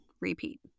repeat